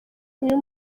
niyo